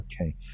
Okay